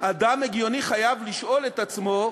אדם הגיוני חייב לשאול את עצמו: